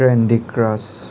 candy crush